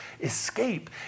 Escape